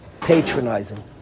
Patronizing